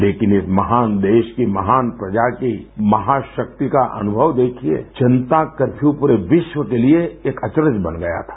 लेकिन इस महान देश की महान प्रजा की महाशक्ति का अनुमव देखिये जनता कर्फ्यू पूरे विश्व के लिए एक अचरज बन गया था